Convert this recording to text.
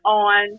on